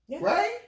right